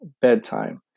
bedtime